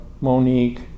Monique